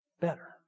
Better